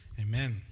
Amen